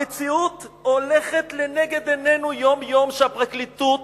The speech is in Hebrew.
המציאות הולכת לנגד עינינו יום-יום, שהפרקליטות